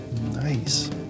Nice